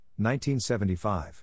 1975